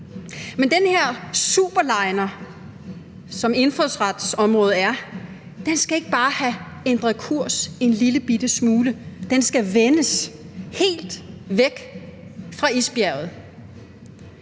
Men den her superliner, som indfødsretsområdet er, skal ikke bare have ændret kursen en lillebitte smule; den skal vendes helt væk fra isbjerget.